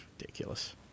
Ridiculous